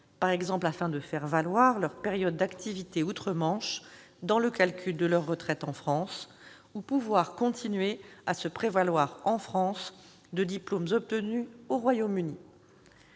par exemple pour faire valoir leur période d'activité outre-Manche dans le calcul de leur retraite en France ou continuer à se prévaloir en France de diplômes obtenus au Royaume-Uni.